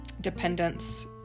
dependence